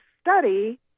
study